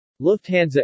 Lufthansa